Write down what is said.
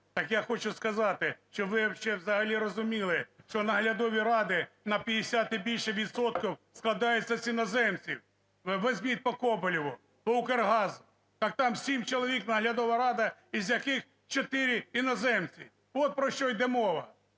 Так я хочу сказати, щоб ви взагалі розуміли, що наглядові ради на 50 і більше відсотків складаються з іноземців. Ви візьміть по Коболєву, по "Укргаз", так там 7 чоловік наглядова рада, із яких 4 – іноземці. От про що йде мова,